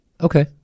Okay